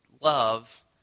Love